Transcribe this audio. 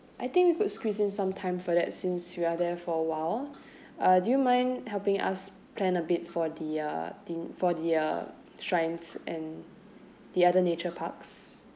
I think we could squeeze in some time for that since we are there for awhile uh do you mind helping us plan a bit for the uh theme for the uh shrines and the other nature parks